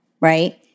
right